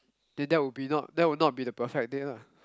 then that would be not that would not be the perfect date lah